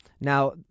Now